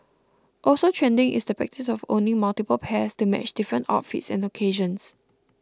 also trending is the practice of owning multiple pairs to match different outfits and occasions